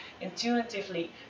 intuitively